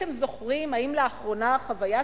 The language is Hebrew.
האם אתם זוכרים אם לאחרונה חוויית